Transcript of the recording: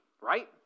right